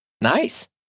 nice